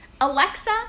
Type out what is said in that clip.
Alexa